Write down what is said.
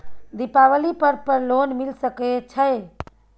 दीपावली पर्व पर लोन मिल सके छै?